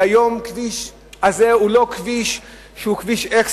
שהיום הכביש הזה הוא לא כביש אקסטרה,